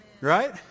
Right